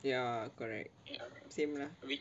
ya correct same lah